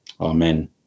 amen